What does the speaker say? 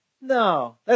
no